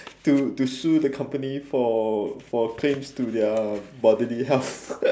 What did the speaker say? to to sue the company for for claims to their bodily health